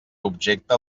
objecte